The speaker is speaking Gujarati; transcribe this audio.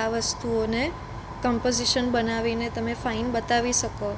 આ વસ્તુઓને કંપોઝિશન બનાવીને તમે ફાઇન બતાવી શકો